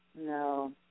No